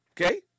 Okay